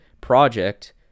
project